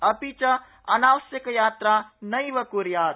अपि च अनावश्यक यात्रा नैव कुर्यात्